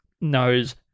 knows